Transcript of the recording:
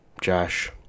Josh